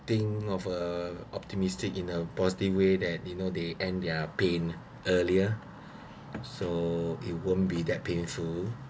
think of a optimistic in a positive way that you know they end their pain earlier so it won't be that painful